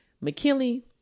McKinley